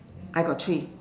I got three